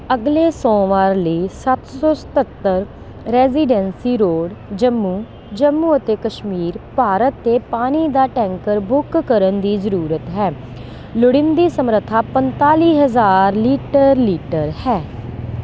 ਅਗਲੇ ਸੋਮਵਾਰ ਲਈ ਸੱਤ ਸੌ ਸਤੱਤਰ ਰੈਜ਼ੀਡੈਂਸੀ ਰੋਡ ਜੰਮੂ ਜੰਮੂ ਅਤੇ ਕਸ਼ਮੀਰ ਭਾਰਤ ਤੇ ਪਾਣੀ ਦਾ ਟੈਂਕਰ ਬੁੱਕ ਕਰਨ ਦੀ ਜ਼ਰੂਰਤ ਹੈ ਲੋੜੀਂਦੀ ਸਮਰੱਥਾ ਪੰਤਾਲੀ ਹਜ਼ਾਰ ਲੀਟਰ ਹੈ